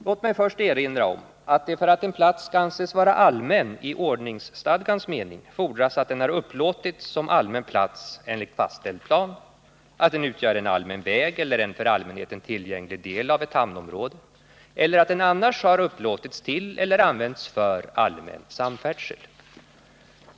Låt mig först erinra om att det för att en plats skall anses vara allmän i ordningsstadgans mening fordras att den har upplåtits som allmän plats enligt fastställd plan, att den utgör en allmän väg eller en för allmänheten tillgänglig del av ett hamnområde eller att den annars har upplåtits till eller används för allmän samfärdsel.